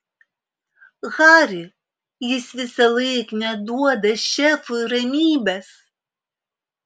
hari jis visąlaik neduoda šefui ramybės